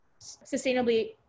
sustainably